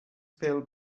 pill